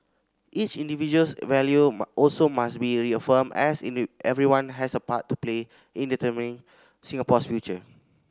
each individual's value also must be reaffirmed as everyone has a part to play in determining Singapore's future